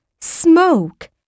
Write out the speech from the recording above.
Smoke